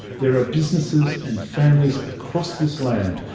there are businesses and families across this land,